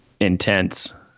intense